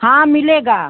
हाँ मिलेगा